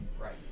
Right